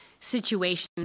situations